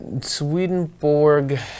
Swedenborg